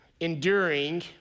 enduring